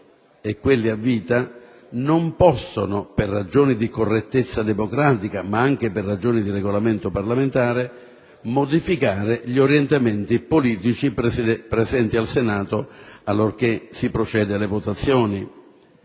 e quelli a vita non possono, per ragioni di correttezza democratica, ma anche per ragioni di Regolamento parlamentare, modificare gli orientamenti politici presenti al Senato allorché si procede alle votazioni.